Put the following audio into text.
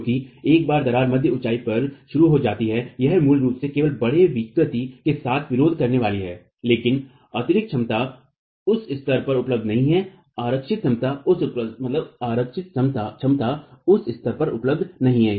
क्योंकि एक बार दरार मध्य ऊंचाई पर शुरू हो जाती है यह मूल रूप से केवल बड़े विकृति के साथ विरोध करने वाली है लेकिन अितिरक्त क्षमता उस स्तर पर उपलब्ध नहीं है आरक्षित क्षमता उस स्तर पर उपलब्ध नहीं है